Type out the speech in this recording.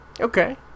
Okay